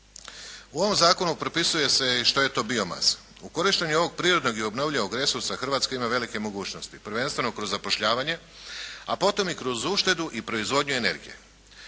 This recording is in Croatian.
U ovom zakonu propisuje se i što je to bio masa. U korištenju ovog prirodnog i obnovljivog resursa Hrvatska ima velike mogućnosti. Prvenstveno kroz zapošljavanje a potom i kroz uštedu i proizvodnju energije.